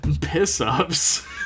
Piss-ups